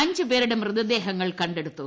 അഞ്ചു പേരുടെ മൃതദേഹങ്ങൾ കണ്ടെടുത്തു